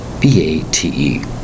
B-A-T-E